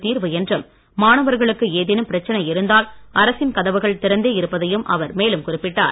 தீர்வு என்றும் மாணவர்களுக்கு ஏதேனும் பிரச்சனை இருந்தால் அரசின் கதவுகள் திறந்தே இருப்பதாகவும் அவர் மேலும் குறிப்பிட்டார்